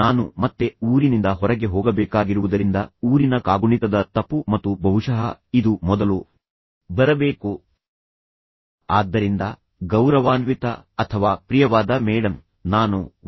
ನಾನು ಮತ್ತೆ ನಿಲ್ದಾಣದಿಂದ ಹೊರಗೆ ಹೋಗಬೇಕಾಗಿರುವುದರಿಂದ ನಿಲ್ದಾಣದಲ್ಲಿ ಕಾಗುಣಿತದ ತಪ್ಪು ಮತ್ತು ಬಹುಶಃ ಇದು ಮೊದಲು ಬರಬೇಕು ಆದ್ದರಿಂದ ಗೌರವಾನ್ವಿತ ಮತ್ತು ಪ್ರಿಯವಾದ ಮೇಡಮ್ ಮುಂದುವರಿಯಲಿದ್ದೇನೆ